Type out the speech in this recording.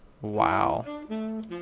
Wow